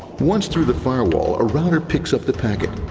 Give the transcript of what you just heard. once through the firewall, a router picks up the packet,